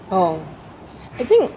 oh I think